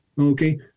okay